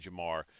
Jamar